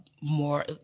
more